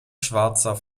schwarzer